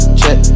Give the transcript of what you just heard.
check